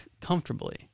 comfortably